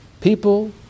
people